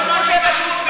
זה פלילי.